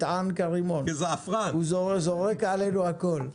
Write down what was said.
הוא זורק עלינו הכול.